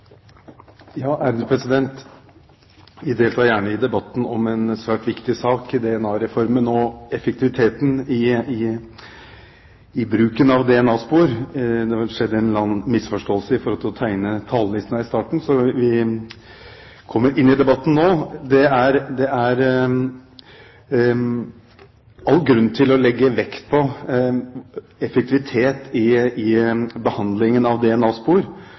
Vi deltar gjerne i debatten om en svært viktig sak, DNA-reformen, og effektiviteten i bruken av DNA-spor. Det har skjedd en eller annen misforståelse når det gjelder å tegne seg på talerlisten her i starten, så vi kommer inn i debatten nå. Det er all grunn til å legge vekt på effektivitet i behandlingen av